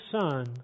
son